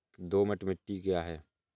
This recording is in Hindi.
दोमट मिट्टी क्या है?